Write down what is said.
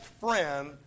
friend